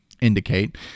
indicate